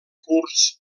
kurds